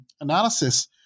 analysis